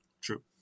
True